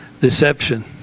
deception